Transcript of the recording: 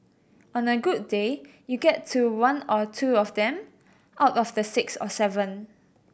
on a good day you get to one or two of them out of the six or seven